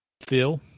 Phil